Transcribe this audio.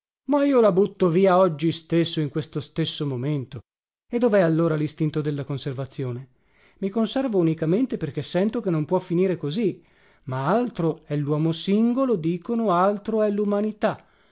ma io la butto via oggi stesso in questo stesso momento e dovè allora listinto della conservazione i conservo unicamente perché sento che non può finire così ma altro è luomo singolo dicono altro è